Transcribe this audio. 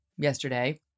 yesterday